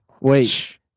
Wait